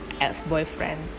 ex-boyfriend